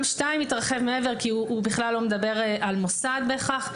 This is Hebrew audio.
גם (2) התרחב מעבר כי הוא בכלל לא מדבר על מוסד בהכרח.